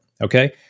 Okay